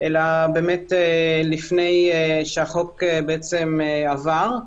אלא לפני שהחוק עבר,